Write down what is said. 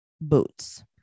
boots